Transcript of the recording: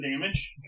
damage